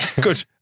good